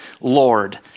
Lord